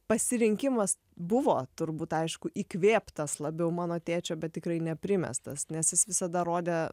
pasirinkimas buvo turbūt aišku įkvėptas labiau mano tėčio bet tikrai ne primestas nes jis visada rodė